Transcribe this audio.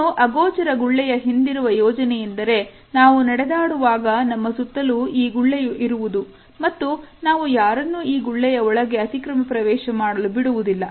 ಇನ್ನು ಅಗೋಚರ ಗುಳ್ಳೆಯ ಹಿಂದಿರುವ ಯೋಜನೆಯೆಂದರೆ ನಾವು ನಡೆದಾಡುವಾಗ ನಮ್ಮ ಸುತ್ತಲೂ ಈ ಗುಳ್ಳೆಯು ಇರುವುದು ಮತ್ತು ನಾವು ಯಾರನ್ನು ಈ ಗುಳ್ಳೆಯ ಒಳಗೆ ಅತಿಕ್ರಮ ಪ್ರವೇಶ ಮಾಡಲು ಬಿಡುವುದಿಲ್ಲ